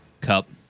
Cup